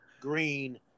green